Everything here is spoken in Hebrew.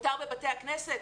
מותר בבתי הכנסת,